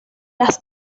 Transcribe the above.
las